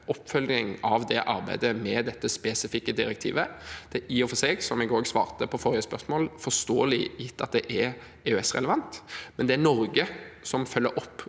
oppfølging av arbeidet med dette spesifikke direktivet, er i og for seg – som jeg også svarte på forrige spørsmål – for ståelig, gitt at det er EØS-relevant, men det er Norge som følger opp